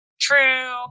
true